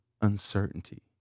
uncertainty